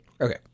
Okay